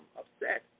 upset